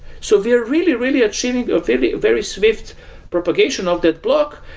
so we're really, really achieving a very very swift propagation of that block.